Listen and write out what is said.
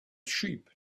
sheep